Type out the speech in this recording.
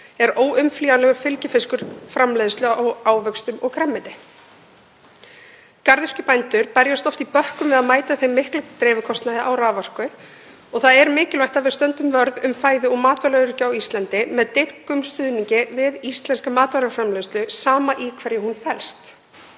er óumflýjanlegur fylgifiskur framleiðslu á ávöxtum og grænmeti. Garðyrkjubændur berjast oft í bökkum við að mæta miklum dreifikostnaði á raforku og það er mikilvægt að við stöndum vörð um fæðu- og matvælaöryggi á Íslandi með dyggum stuðningi við íslenska matvælaframleiðslu, sama í hverju hún felst.